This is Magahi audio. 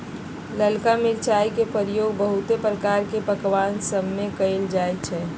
ललका मिरचाई के प्रयोग बहुते प्रकार के पकमान सभमें कएल जाइ छइ